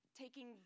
taking